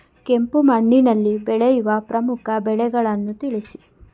ಕೆಂಪು ಮಣ್ಣಿನಲ್ಲಿ ಬೆಳೆಯುವ ಪ್ರಮುಖ ಬೆಳೆಗಳನ್ನು ತಿಳಿಸಿ?